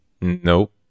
nope